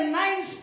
nice